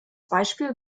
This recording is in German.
beispiel